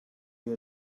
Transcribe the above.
you